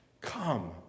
Come